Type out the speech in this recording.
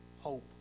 hope